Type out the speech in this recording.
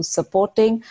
supporting